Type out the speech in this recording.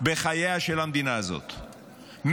בחייה של המדינה הזאת.